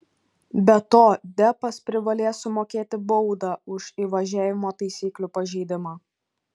be to deppas privalės sumokėti baudą už įvažiavimo taisyklių pažeidimą